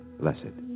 blessed